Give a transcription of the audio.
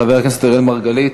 חבר הכנסת אראל מרגלית,